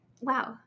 wow